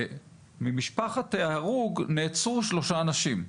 ממשפחת ההרוג נעצרו שלושה אנשים.